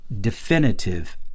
definitive